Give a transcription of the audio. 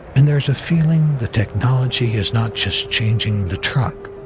and there's a feeling the technology is not just changing the truck,